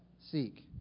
seek